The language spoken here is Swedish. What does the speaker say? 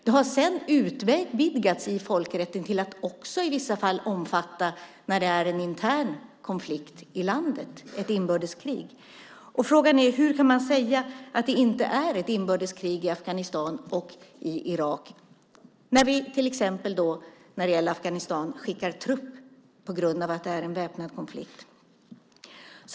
Det har sedan utvidgats i folkrätten till att också i vissa fall omfatta en intern konflikt i landet, ett inbördeskrig. Frågan är: Hur kan man säga att det inte är ett inbördeskrig i Afghanistan och i Irak när vi, till exempel när det gäller Afghanistan, skickar trupp på grund av konflikten i landet?